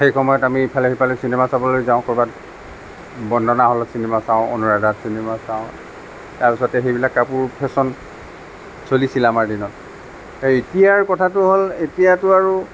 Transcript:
সেই সময়ত আমি ইফালে সিফালে চিনেমা চাবলৈ যাওঁ ক'ৰ'বাত বন্দনা হলত চিনেমা চাওঁ অনুৰাধাত চিনেমা চাওঁ তাৰপাছতে সেইবিলাক কাপোৰ ফেশ্বন চলিছিল আমাৰ দিনত এই এতিয়াৰ কথাটো হ'ল এতিয়াতো আৰু